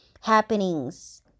happenings